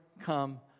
come